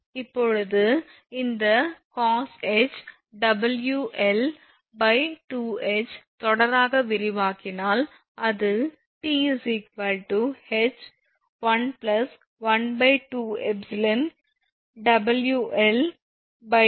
இப்போது இந்த cosh𝑊𝐿2𝐻 தொடராக விரிவாக்கினால் அது 𝑇 𝐻 112